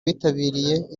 witabiriye